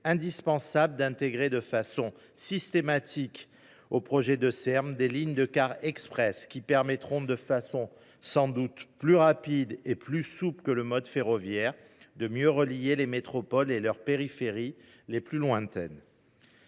indispensable d’inclure de façon systématique aux projets de Serm des lignes de cars express qui permettront, de façon sans doute plus rapide et plus souple que le mode ferroviaire, de mieux relier les métropoles à leurs périphéries les plus lointaines.